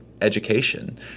education